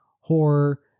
horror